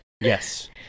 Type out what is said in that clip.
Yes